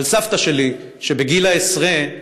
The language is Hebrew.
על סבתא שלי, שבגיל העשרה,